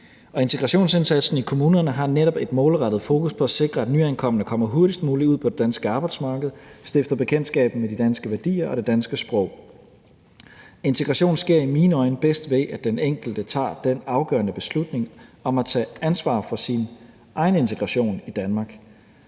integrationsindsatsen i kommunerne har netop et målrettet fokus på at sikre, at nyankomne kommer hurtigst muligt ud på det danske arbejdsmarked og stifter bekendtskab med de danske værdier og det danske sprog. Integrationen sker i mine øjne bedst ved, at den enkelte tager den afgørende beslutning om at tage ansvar for sin egen integration i Danmark.